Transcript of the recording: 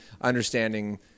understanding